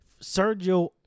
Sergio